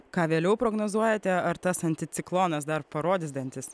ką vėliau prognozuojate ar tas anticiklonas dar parodys dantis